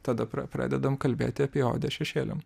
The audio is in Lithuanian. tada pra pradedam kalbėti apie odę šešėliam